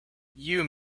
you